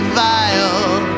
vile